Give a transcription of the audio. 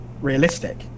realistic